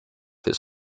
his